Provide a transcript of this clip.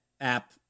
app